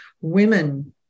women